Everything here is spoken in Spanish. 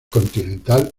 continental